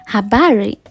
Habari